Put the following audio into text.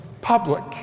Public